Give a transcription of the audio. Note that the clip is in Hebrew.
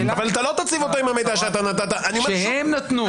השאלה --- אבל אתה לא תצליב אותו עם המידע שאתה נתת --- שהם נתנו.